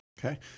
Okay